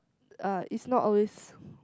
uh it's not always